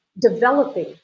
developing